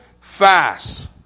fast